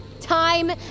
Time